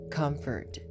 comfort